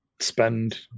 spend